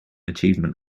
achievement